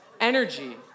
Energy